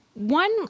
One